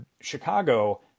Chicago